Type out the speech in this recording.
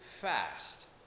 fast